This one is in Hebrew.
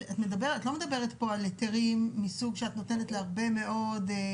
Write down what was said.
את לא מדברת פה על היתרים מסוג שאת נותנת להרבה מאוד,